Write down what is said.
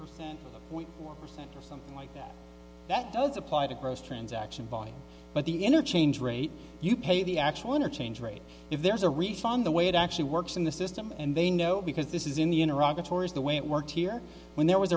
percent or something like that does apply to gross transaction volume but the interchange rate you pay the actual interchange rate if there is a refund the way it actually works in the system and they know because this is in the in iraq a tour is the way it worked here when there was